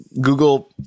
google